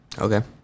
Okay